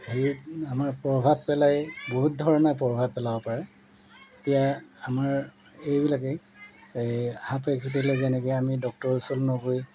হেৰিত আমাৰ প্ৰভাৱ পেলায় বহুত ধৰণে প্ৰভাৱ পেলাব পাৰে এতিয়া আমাৰ এইবিলাকেই এই সাপে খুটিলে যেনেকৈ আমি ডক্তৰৰ ওচৰলৈ নগৈ